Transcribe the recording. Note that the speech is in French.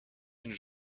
d’une